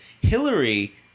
Hillary